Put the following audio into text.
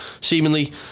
seemingly